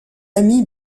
ami